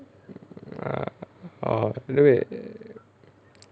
err orh wait wait